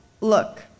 look